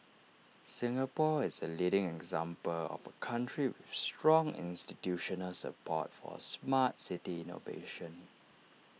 Singapore is A leading example of A country with strong institutional support for Smart City innovation